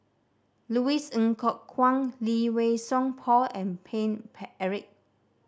Louis Ng Kok Kwang Lee Wei Song Paul and Paine Eric